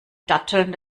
datteln